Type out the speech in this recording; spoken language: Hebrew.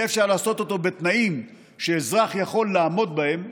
יהיה אפשר לעשות אותו בתנאים שאזרח יכול לעמוד בהם,